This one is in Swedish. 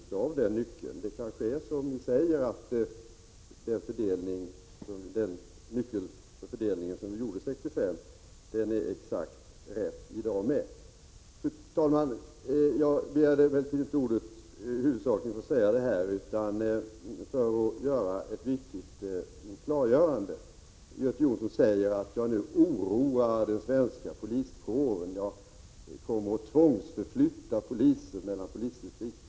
Det kanske är som ni säger, nämligen att den nyckel för fördelningen som började användas 1965 är den exakt rätta även i dag. Jag begärde emellertid inte ordet för att säga detta, fru talman, utan huvudsakligen för att göra ett viktigt klargörande. Göte Jonsson sade att jag nu oroar den svenska poliskåren och att jag kommer att tvångsförflytta poliser mellan polisdistrikten.